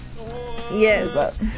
yes